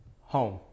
Home